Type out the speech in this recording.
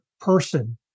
person